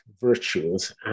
virtues